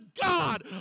God